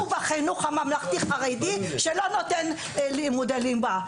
אז שאתם תתחרו בחינוך הממלכתי-חרדי שלא נותן לימודי ליב"ה,